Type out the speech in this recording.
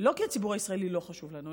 לא כי הציבור הישראלי לא חשוב לנו,